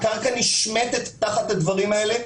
הקרקע נשמטת תחת הדברים האלה,